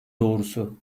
doğrusu